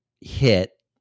hit